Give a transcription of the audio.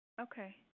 okay